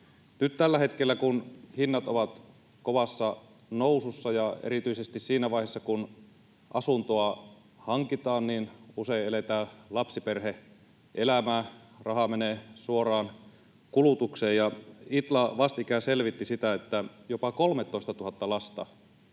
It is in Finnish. Nyt tällä hetkellä, kun hinnat ovat kovassa nousussa, ja erityisesti siinä vaiheessa, kun asuntoa hankitaan, usein eletään lapsiperhe-elämää — raha menee suoraan kulutukseen. Itla vastikään selvitti, että jopa 13 000 lasta